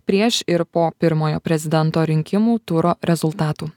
prieš ir po pirmojo prezidento rinkimų turo rezultatų